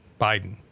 Biden